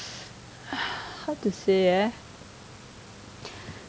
how to say